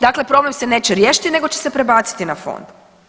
Dakle, problem se neće riješiti nego će se prebaciti na fond.